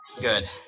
good